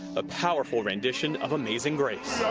a powerful rendition of amazing grace.